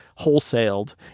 wholesaled